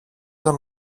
τον